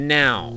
now